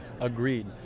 Agreed